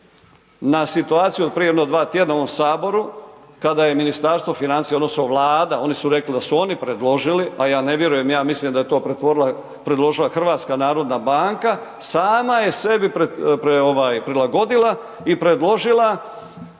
na situaciju od prije jedno 2 tjedna u ovom Saboru kada je Ministarstvo financija, odnosno Vlada, oni su rekli da su oni predložili a ja ne vjerujem, ja mislim da je to predložila HNB sama je sebi prilagodila i predložila